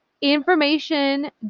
information